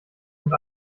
und